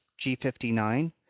G59